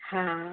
हाँ